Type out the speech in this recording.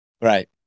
Right